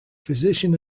physician